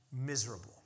miserable